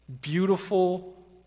Beautiful